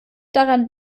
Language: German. daran